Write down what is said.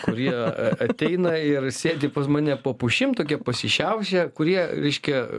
kurie ateina ir sėdi pas mane po pušim tokie pasišiaušę kurie reiškia